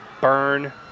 Burn